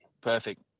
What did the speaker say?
perfect